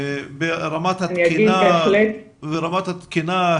לגבי רמת התקינה,